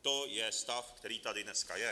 To je stav, který tady dneska je.